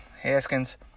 Haskins